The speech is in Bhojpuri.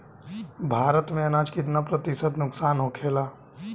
भारत में अनाज कितना प्रतिशत नुकसान होखेला?